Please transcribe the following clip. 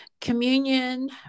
communion